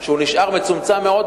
שהוא נשאר מצומצם מאוד,